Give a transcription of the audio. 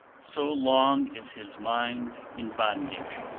so long is his mind in bondage,